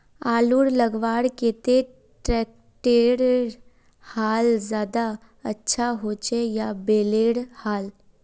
आलूर लगवार केते ट्रैक्टरेर हाल ज्यादा अच्छा होचे या बैलेर हाल?